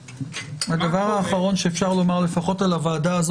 הדבר האחרון שאפשר לומר לפחות על הוועדה הזאת